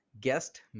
guest